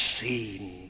seen